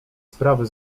sprawy